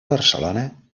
barcelona